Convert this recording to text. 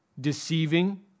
Deceiving